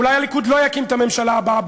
אולי הליכוד לא יקים את הממשלה הבאה.